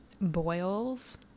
boils